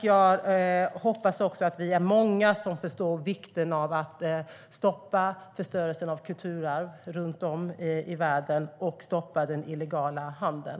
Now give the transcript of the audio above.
Jag hoppas att vi är många som förstår vikten av att stoppa förstörelsen av kulturarv runt om i världen och vikten av att stoppa den illegala handeln.